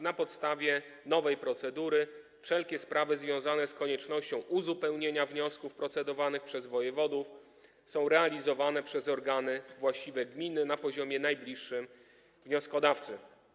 Na podstawie nowej procedury wszelkie sprawy związane z koniecznością uzupełnienia wniosków procedowanych przez wojewodów są załatwiane przez organy właściwe gminy na poziomie najbliższym wnioskodawcy.